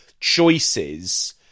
choices